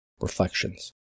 reflections